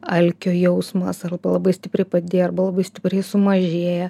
alkio jausmas arba labai stipriai padidėja arba labai stipriai sumažėja